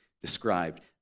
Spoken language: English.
described